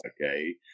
okay